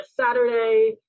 Saturday